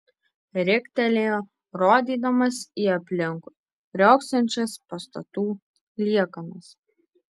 riktelėjo rodydamas į aplinkui riogsančias pastatų liekanas